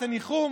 את הניחום,